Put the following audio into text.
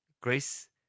Grace